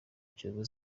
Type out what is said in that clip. kiyovu